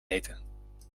eten